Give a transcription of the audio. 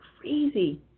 crazy